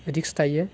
रिक्स थायो